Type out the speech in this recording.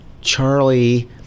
Charlie